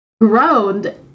groaned